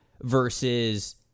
versus